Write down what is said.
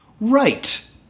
Right